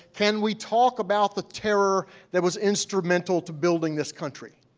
can we talk about the terror that was instrumental to building this country?